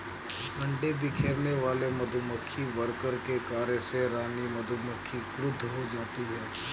अंडे बिखेरने वाले मधुमक्खी वर्कर के कार्य से रानी मधुमक्खी क्रुद्ध हो जाती है